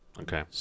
Okay